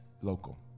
local